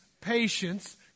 patience